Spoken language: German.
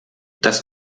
das